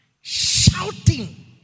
shouting